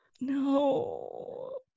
No